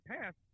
past